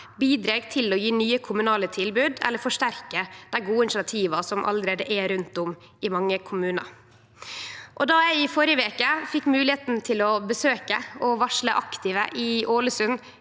bidreg til å gje nye kommunale tilbod eller forsterke dei gode initiativa som allereie er rundt om i mange kommunar. Då eg i førre veke fekk moglegheita til å besøke og varsle aktive i Ålesund,